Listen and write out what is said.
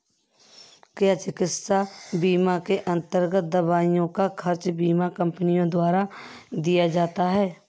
क्या चिकित्सा बीमा के अन्तर्गत दवाइयों का खर्च बीमा कंपनियों द्वारा दिया जाता है?